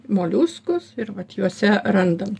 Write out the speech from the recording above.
moliuskus ir vat juose randam